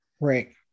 Right